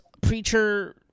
preacher